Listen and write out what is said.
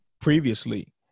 previously